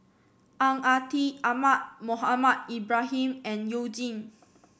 Ang Ah Tee Ahmad Mohamed Ibrahim and You Jin